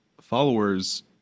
followers